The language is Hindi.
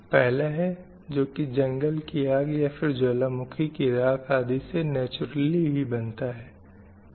पहला है जो की जंगल की आग या फिर ज्वालामुखी की राख आदि से नैचरली ही बनता है